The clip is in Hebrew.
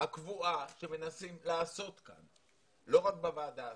הקבועה שמנסים לעשות כאן, לא רק בוועדה הזאת.